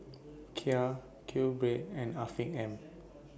Kia QBread and Afiq M